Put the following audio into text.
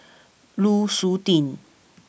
Lu Suitin